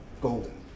Golden